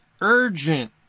urgent